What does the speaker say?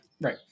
Right